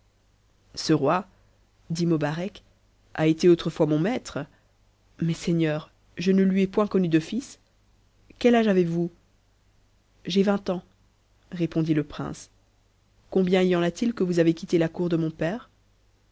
ce roi dit mobarec a été autrefois mon maure mais seigneur je ne lui ai point connu de fils quel âge avez-vous j'ai vingt ans répondit le princes combien y en a-t-il que vous avez quitté la cour de mon père